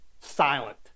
silent